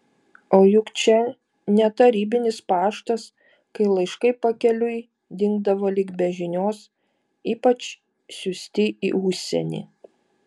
o juk čia ne tarybinis paštas kai laiškai pakeliui dingdavo lyg be žinios ypač siųsti į užsienį